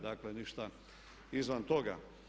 Dakle, ništa izvan toga.